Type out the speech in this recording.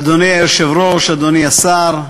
אדוני היושב-ראש, אדוני השר,